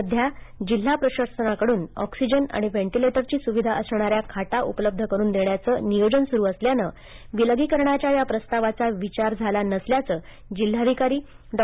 सध्या जिल्हा प्रशासनाकडून ऑक्सिजन आणि व्हेंटिलेटर ची सुविधा असणाऱ्या खाटा उपलब्ध करून देण्याचं नियोजन सुरु असल्यानं विलगीकरणाच्या या प्रस्तावाचा विचार झाला नसल्याचं जिल्हाधिकारी डॉ